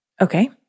Okay